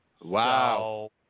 Wow